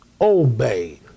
Obey